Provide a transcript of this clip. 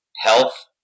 health